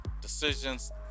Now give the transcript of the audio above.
Decisions